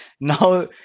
Now